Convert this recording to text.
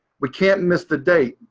we can't miss the date.